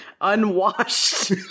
Unwashed